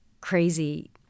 crazy